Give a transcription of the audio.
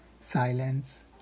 silence